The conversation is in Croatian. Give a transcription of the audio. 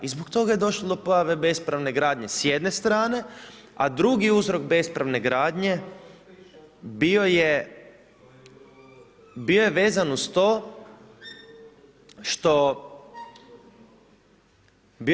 I zbog toga je došlo do pojave bespravne gradnje s jedne strane, a drugi uzrok bespravne gradnje bio je vezan uz to što…